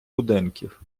будинків